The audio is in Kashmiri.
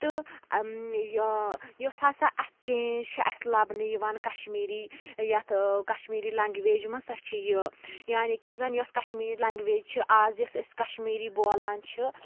تہٕ یۅس ہَسا اتھ چینٛج چھِ اَسہِ لَبنہٕ یِوان کَشمیٖری یتھ کَشمیٖری لَنٛگویج مَنٛز سۄ چھِ یہِ یعنی کہِ زَن یۅس کَشمیٖر لَنٛگویج چھِ اَز یۅس أسۍ کَشمیٖری بولان چھِ